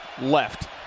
left